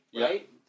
right